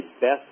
best